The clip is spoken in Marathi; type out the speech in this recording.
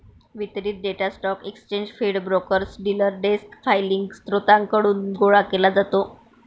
वितरित data stock exchange feed, brokers, dealer desk filing स्त्रोतांकडून गोळा केला जातो